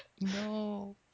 No